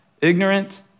ignorant